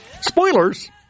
Spoilers